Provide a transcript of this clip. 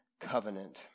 covenant